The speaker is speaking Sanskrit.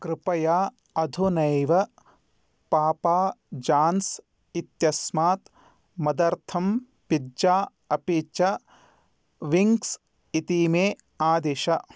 कृपया अधुनैव पापा जान्स् इत्यस्मात् मदर्थं पिज़ा अपि च विन्ग्स् इति मे आदिश